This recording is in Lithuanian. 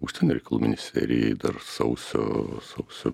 užsienio reikalų ministerijai dar sausio sausio